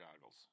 goggles